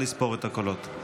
נא לספור את הקולות.